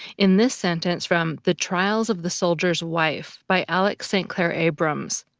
in this sentence from the trials of the soldier's wife, by alex st. clair abrams,